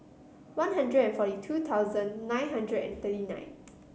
One Hundred and forty two thousand nine hundred and thirty nine